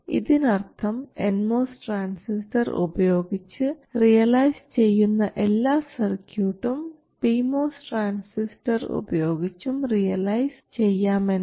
ഇതിനർത്ഥം N MOS transistor ഉപയോഗിച്ച് realise ചെയ്യുന്ന എല്ലാ സർക്യൂട്ടും പി മോസ് ട്രാൻസിസ്റ്റർ ഉപയോഗിച്ചും റിയലൈസ് ചെയ്യാമെന്നാണ്